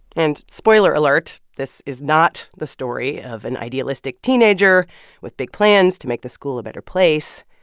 and spoiler alert this is not the story of an idealistic teenager with big plans to make the school a better place.